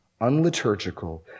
unliturgical